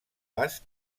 vas